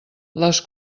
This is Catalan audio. les